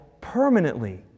permanently